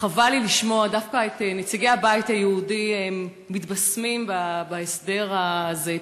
חבל לי לשמוע דווקא את נציגי הבית היהודי מתבשמים בהסדר הזה.